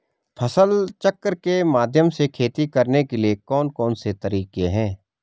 फसल चक्र के माध्यम से खेती करने के लिए कौन कौन से तरीके हैं?